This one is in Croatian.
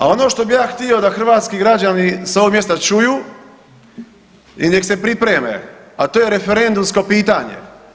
A ono što bi ja htio da hrvatski građani s ovog mjesta čuju i nek se pripreme, a to je referendumsko pitanje.